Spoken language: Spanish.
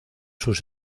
sus